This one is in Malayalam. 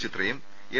ചിത്രയും എം